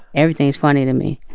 everything is funny to me.